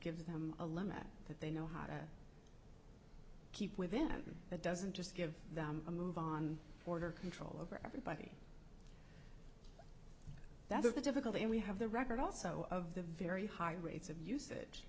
gives them a limit that they know how to keep within and that doesn't just give them a move on border control over everybody that's the difficulty and we have the record also of the very high rates of usage